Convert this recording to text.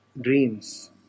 dreams